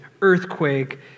earthquake